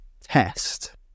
test